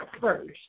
first